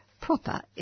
proper